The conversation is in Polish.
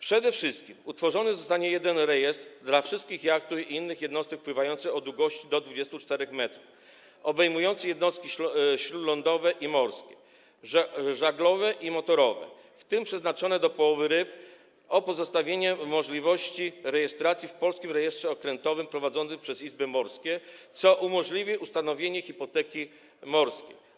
Przede wszystkim utworzony zostanie jeden rejestr dla wszystkich jachtów i innych jednostek pływających o długości do 24 m - obejmujący jednostki śródlądowe i morskie, żaglowe i motorowe, w tym przeznaczone do połowu ryb - z pozostawieniem możliwości rejestracji w polskim rejestrze okrętowym prowadzonym przez izby morskie, co umożliwi ustanowienie hipoteki morskiej.